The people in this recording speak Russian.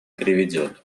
приведет